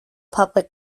public